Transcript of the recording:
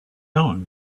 arm